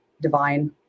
divine